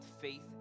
Faith